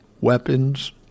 weapons